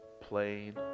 plain